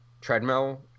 treadmill